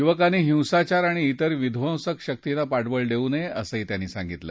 युवकांनी हिंसाचार आणि इतर विध्वंसक शर्क्तींना पाठबळ देऊ नये असंही त्यांनी सांगितलं